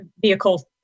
vehicle